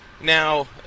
Now